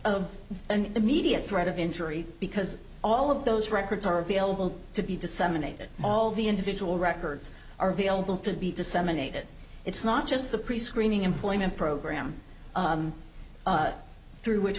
of an immediate threat of injury because all of those records are available to be disseminated all the individual records are available to be disseminated it's not just the prescreening employment program through which